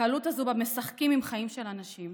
הקלות הזו שבה משחקים עם חיים של אנשים,